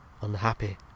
unhappy